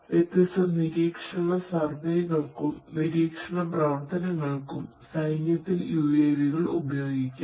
വ്യത്യസ്ത നിരീക്ഷണ സർവേകൾക്കും നിരീക്ഷണ പ്രവർത്തനങ്ങൾക്കും സൈന്യത്തിൽ യുഎവികൾ ഉപയോഗിക്കാം